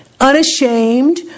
unashamed